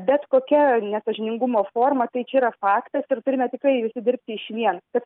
bet kokia nesąžiningumo forma tai čia yra faktas ir turime tikrai visi dirbti išvien kad